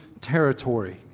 territory